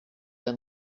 been